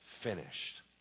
finished